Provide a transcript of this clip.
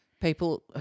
people